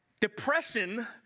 depression